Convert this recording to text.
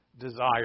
desire